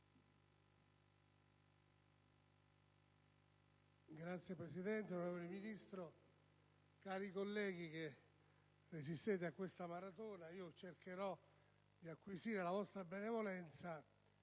Signor Presidente, onorevole Ministro, cari colleghi che resistete a questa maratona, cercherò di acquisire la vostra benevolenza